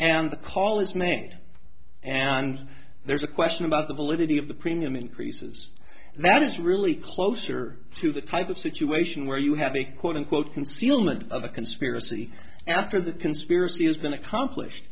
is made and there's a question about the validity of the premium increases that is really closer to the type of situation where you have a quote unquote concealment of a conspiracy after the conspiracy has been accomplished